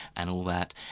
and all that.